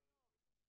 צהרים טובים